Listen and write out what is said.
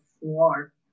war